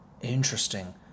Interesting